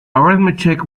arithmetic